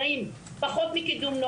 סליחה שאני קוטע אותך אנחנו פשוט קצרים בזמן,